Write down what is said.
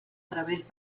través